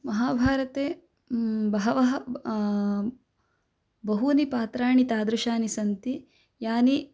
महाभारते बहवः बहूनि पात्राणि तादृशानि सन्ति यानि